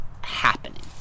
happening